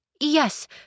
Yes